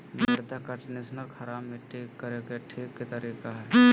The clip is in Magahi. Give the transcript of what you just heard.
मृदा कंडीशनर खराब मट्टी ठीक करे के तरीका हइ